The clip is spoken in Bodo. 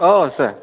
औ सोर